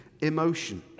emotion